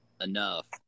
enough